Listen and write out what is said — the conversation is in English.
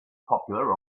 popular